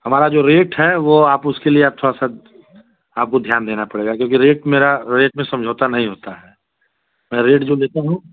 हमारा जो रेट है वह आप उसके लिए आप थोड़ा सा आपको ध्यान देना पड़ेगा क्योंकि रेट मेरा रेट में समझौता नहीं होता है मैं रेट जो लेता हूँ